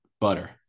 butter